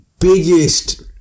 biggest